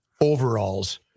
overalls